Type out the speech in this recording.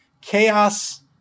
Chaos